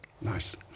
Nice